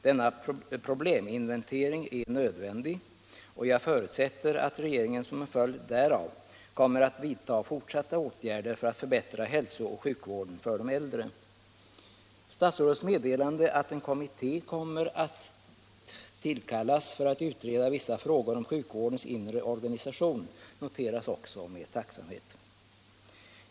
Denna probleminventering är nödvändig, och jag förutsätter att regeringen som en följd därav kommer att vidta fortsatta åtgärder för att förbättra hälsooch sjukvården för de äldre. Statsrådets meddelande att en kommitté kommer att tillkallas för att utreda vissa frågor om sjukvårdens inre organisation noteras också med tacksamhet.